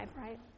right